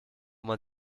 man